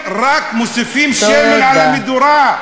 וכולם משת"פים בסיפוח הזה, כל אחד בדרך שלו.